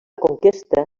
conquesta